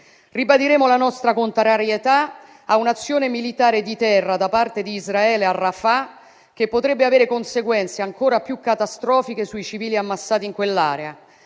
Ribadiremo la nostra contrarietà a un'azione militare di terra da parte di Israele a Rafah, che potrebbe avere conseguenze ancora più catastrofiche sui civili ammassati in quell'area.